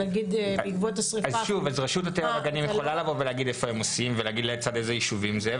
רשות הטבע והגנים יכולה לומר איפה הם עושים ולצד איזה יישובים זה,